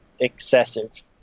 excessive